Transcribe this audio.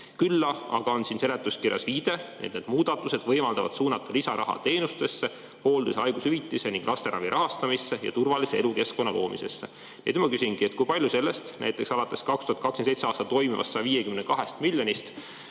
Küll aga on siin seletuskirjas viide, et need muudatused võimaldavad suunata lisaraha teenustesse, hooldus- ja haigushüvitisse, laste ravi rahastamisse ja turvalise elukeskkonna loomisesse. Nüüd ma küsingi, kui palju sellest rahast, näiteks 2027. aastal [kokkuhoitud] 152 miljonist,